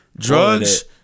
Drugs